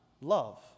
love